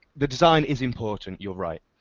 the design is important, you're right.